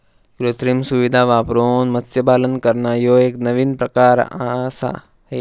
कृत्रिम सुविधां वापरून मत्स्यपालन करना ह्यो एक नवीन प्रकार आआसा हे